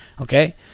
Okay